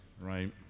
right